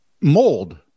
mold